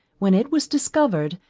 when it was discovered,